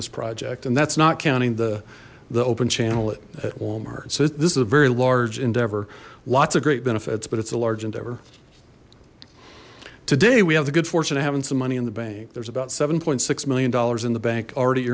this project and that's not counting the the open channel at walmart so this is a very large endeavor lots of great benefits but it's a large endeavor today we have the good fortune of having some money in the bank there's about seven point six million dollars in the bank already